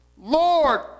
Lord